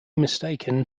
mistaken